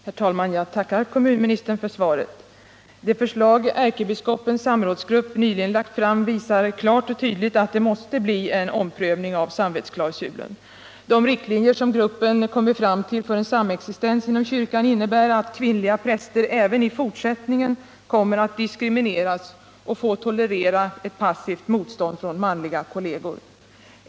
Herr talman! Jag tackar kommunministern för svaret. Det förslag ärkebiskopens samrådsgrupp nyligen lagt fram visar klart och tydligt att det måste bli en omprövning av samvetsklausulen. De riktlinjer gruppen kommit fram till för en samexistens inom kyrkan innebär att kvinnliga präster även i fortsättningen kommer att diskrimineras och få tolerera ett passivt motstånd från manliga kolleger.